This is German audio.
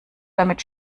damit